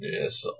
Yes